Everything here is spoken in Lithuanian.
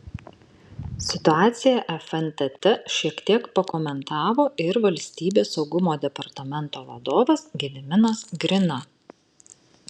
situaciją fntt šiek tiek pakomentavo ir valstybės saugumo departamento vadovas gediminas grina